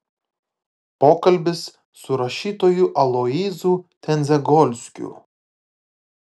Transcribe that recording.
pokalbis su rašytoju aloyzu tendzegolskiu